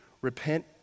Repent